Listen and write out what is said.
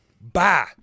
Bye